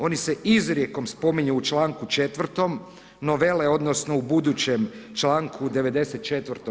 Oni se izrijekom spominju u čl. 4. novele odnosno u budućem 94.